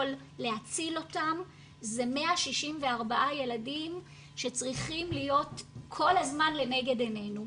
להציל אותם זה 164 ילדים שצריכים להיות כל הזמן לנגד עינינו.